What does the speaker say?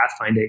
pathfinding